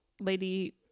Lady